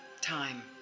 time